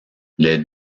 les